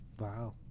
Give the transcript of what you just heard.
Wow